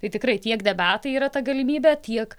tai tikrai tiek debatai yra ta galimybė tiek